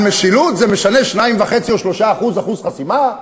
למשילות זה משנה אם יש 2.5% או 3% אחוז חסימה?